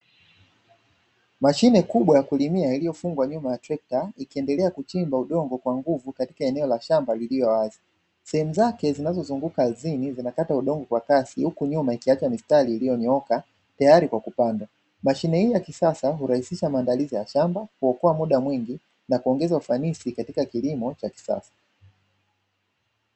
Mashine kubwa ya kulimia iliyofungwa nyuma trekta ikiendelea kuchimba udongo kwa nguvu katika eneo la shamba liliowazi sehemu zake zinazozunguka aridhini zinakata udongo kwa kasi, huku nyuma ikiacha mistari iliyonyooka tayari kwa kupandwa. Mashine hiii ya kisasa urahisisha maandalizi ya shamba uokoa muda mwingi na uongeza ufanisi katika kilimo cha kisasa.